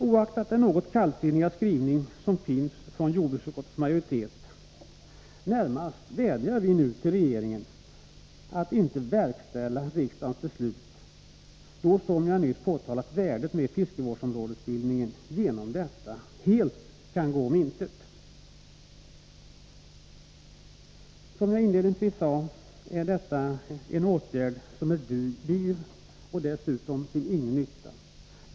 Oaktat den något kallsinniga skrivning som finns från jordbruksutskottets majoritet, närmast vädjar vi nu till regeringen att inte verkställa riksdagens beslut, då, som jag nyss påpekade, värdet av fiskevårdsområdesbildningen genom detta helt kan gå om intet. Som jag inledningsvis sade är detta en åtgärd som är dyr och dessutom till ingen nytta.